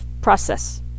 process